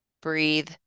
breathe